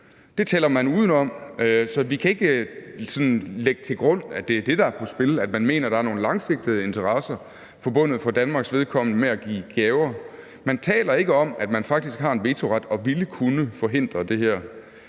Det taler man uden om, så vi kan ikke sådan lægge til grund, at det er det, der er på spil – at man mener, at der er nogle langsigtede interesser forbundet med for Danmarks vedkommende at give gaver. Man taler ikke om, at man faktisk har en vetoret og ville kunne forhindre det her.